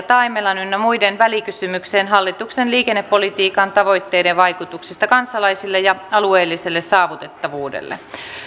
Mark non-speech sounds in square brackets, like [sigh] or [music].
[unintelligible] taimelan ynnä muiden välikysymykseen hallituksen liikennepolitiikan tavoitteiden vaikutuksista kansalaisille ja alueelliselle saavuttavuudelle